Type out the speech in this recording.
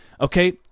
Okay